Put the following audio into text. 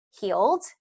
healed